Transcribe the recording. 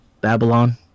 Babylon